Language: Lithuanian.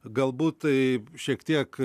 galbūt tai šiek tiek